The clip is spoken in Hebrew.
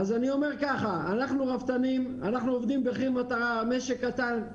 אנחנו רפתנים, אנחנו עובדים במחיר מטרה, משק קטן.